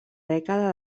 dècada